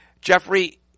Jeffrey